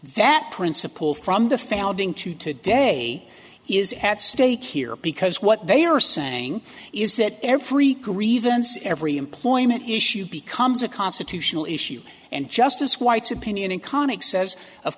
that principle from the founding to today he is at stake here because what they are saying is that every career events every employment issue becomes a constitutional issue and justice white's opinion